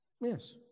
Yes